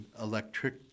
electric